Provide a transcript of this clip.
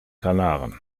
kanaren